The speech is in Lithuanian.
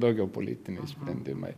daugiau politiniai sprendimai